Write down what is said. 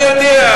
אני יודע.